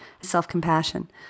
self-compassion